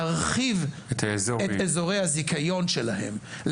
להרחיב את אזורי הזיכיון שלהם.